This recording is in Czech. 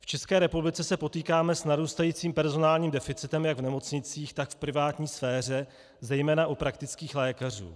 V České republice se potýkáme s narůstajícím personálním deficitem jak v nemocnicích, tak v privátní sféře zejména u praktických lékařů.